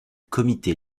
comité